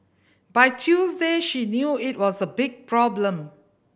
by Tuesday she knew it was a big problem